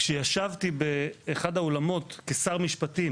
כשישבתי באחד האולמות כשר משפטים